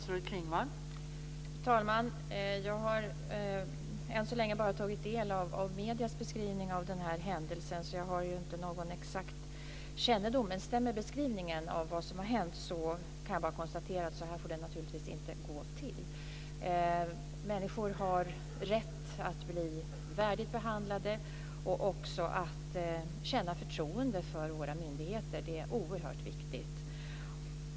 Fru talman! Jag har än så länge bara tagit del av mediernas beskrivning av den här händelsen, så jag har ingen exakt kännedom. Men stämmer beskrivningen av vad som har hänt kan jag bara konstatera att så får det naturligtvis inte gå till. Människor har rätt att bli värdigt behandlade och att känna förtroende för våra myndigheter. Det är oerhört viktigt.